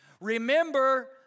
remember